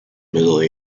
middle